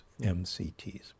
MCTs